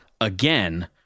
again